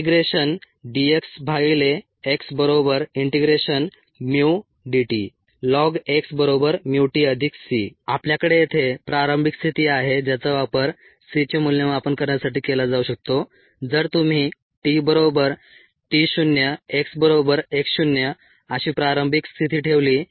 dxxμdt ln x μtc आपल्याकडे येथे प्रारंभिक स्थिती आहे ज्याचा वापर c चे मूल्यमापन करण्यासाठी केला जाऊ शकतो जर तुम्ही t बरोबर t शून्य x बरोबर x शून्य अशी प्रारंभिक स्थिती ठेवली